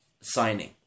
signing